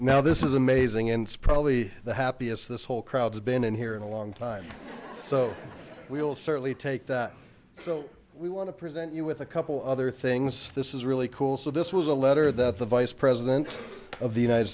now this is amazing and it's probably the happiest this whole crowds been in here in a long time so we'll certainly take that so we want to present you with a couple other things this is really cool so this was a letter that the vice president of the united